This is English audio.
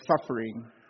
suffering